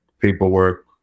paperwork